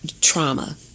trauma